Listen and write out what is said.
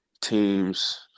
teams